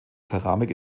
keramik